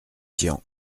tian